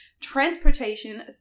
transportation